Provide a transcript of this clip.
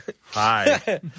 hi